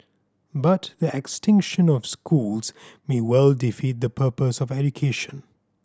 but the extinction of schools may well defeat the purpose of education